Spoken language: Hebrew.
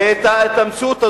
והמציאות הזאת,